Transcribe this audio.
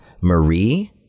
Marie